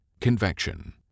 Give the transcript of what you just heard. Convection